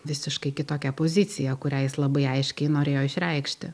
visiškai kitokia pozicija kurią jis labai aiškiai norėjo išreikšti